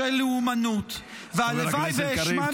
של לאומנות -- חבר הכנסת קריב,